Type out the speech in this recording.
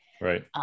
Right